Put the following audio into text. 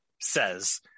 says